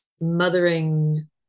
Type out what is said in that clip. mothering